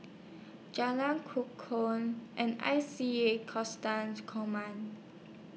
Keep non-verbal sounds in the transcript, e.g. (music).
Jalan Kukoh and I C A (unintelligible) Command